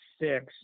six